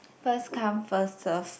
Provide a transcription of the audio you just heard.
first come first serve